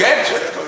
כן.